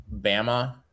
Bama